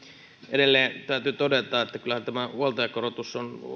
edelleen täytyy todeta että kyllähän tämä huoltajakorotus on